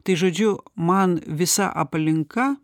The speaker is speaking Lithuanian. tai žodžiu man visa aplinka